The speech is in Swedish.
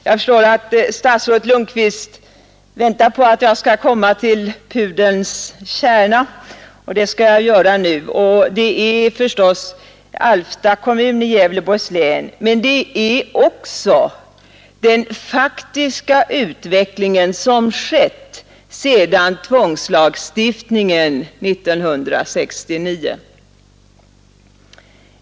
Jag förstår att statsrådet Lundkvist väntar på att jag skall komma till pudelns kärna, och det skall jag göra nu. Det är förstås Alfta kommun i Gävleborgs län, men det är också den faktiska utveckling som skett sedan tvångslagstiftningen 1969.